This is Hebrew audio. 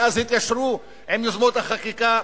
ואז התיישרו עם יוזמות חקיקה,